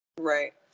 right